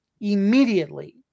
immediately